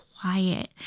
quiet